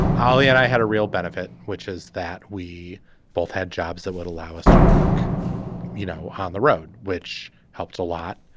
ali and i had a real benefit which is that we both had jobs that would allow us to work you know on the road which helps a lot.